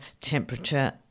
temperature